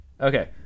okay